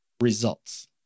results